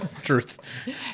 Truth